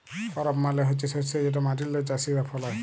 করপ মালে হছে শস্য যেট মাটিল্লে চাষীরা ফলায়